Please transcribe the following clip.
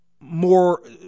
more